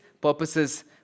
purposes